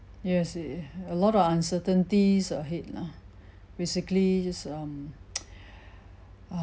yes it uh a lot of uncertainties ahead lah basically just um err